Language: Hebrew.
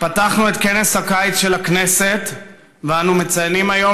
פתחנו את כנס הקיץ של הכנסת ואנו מציינים היום